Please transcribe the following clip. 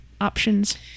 options